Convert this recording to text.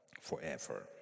forever